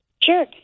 Sure